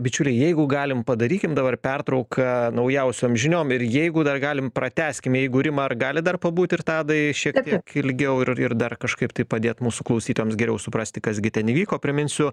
bičiuliai jeigu galim padarykim dabar pertrauką naujausiom žiniom ir jeigu dar galim pratęskim jeigu rima ar galit dar pabūt ir tadai šiek tiek ilgiau ir ir dar kažkaip taip padėt mūsų klausytojams geriau suprasti kas gi ten įvyko priminsiu